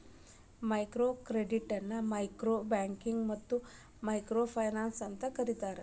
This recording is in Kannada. ಮೈಕ್ರೋ ಕ್ರೆಡಿಟ್ನ ಮೈಕ್ರೋ ಬ್ಯಾಂಕಿಂಗ್ ಮತ್ತ ಮೈಕ್ರೋ ಫೈನಾನ್ಸ್ ಅಂತೂ ಕರಿತಾರ